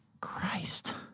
Christ